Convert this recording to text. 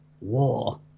War